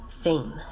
fame